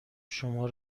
شما